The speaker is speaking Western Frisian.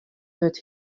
wurdt